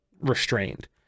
restrained